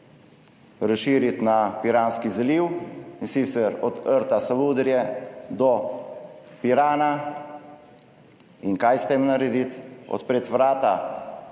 razširiti na Piranski zaliv, in sicer od rta Savudrije do Pirana. In kaj s tem narediti? Odpreti vrata